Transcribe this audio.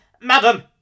Madam